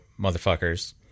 motherfuckers